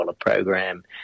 program